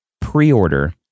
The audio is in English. pre-order